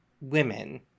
women